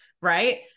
right